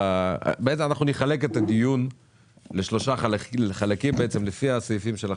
אנחנו נחלק את הדיון לשלושה חלקים לפי סעיפי החוק,